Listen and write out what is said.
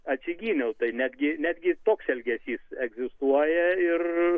atsigyniau tai netgi netgi toks elgesys egzistuoja ir